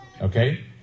Okay